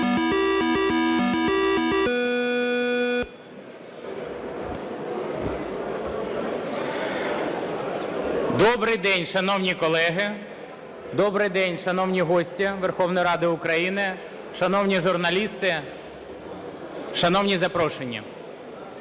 Добрий день, шановні колеги! Добрий день, шановні гості Верховної Ради України, шановні журналісти, шановні запрошені!